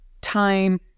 time